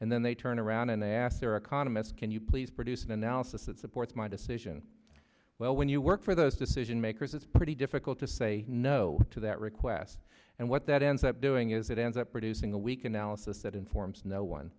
and then they turn around and ask their economists can you please produce an analysis that supports my decision well when you work for those decision makers it's pretty difficult to say no to that request and what that ends up doing is it ends up producing a weak analysis that informs no one